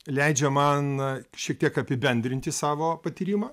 leidžia man šiek tiek apibendrinti savo patyrimą